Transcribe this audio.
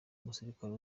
umusirikare